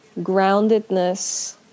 groundedness